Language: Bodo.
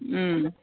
उम